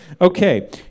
Okay